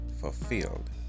fulfilled